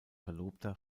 verlobter